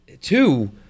two